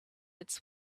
its